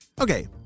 Okay